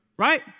Right